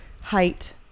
height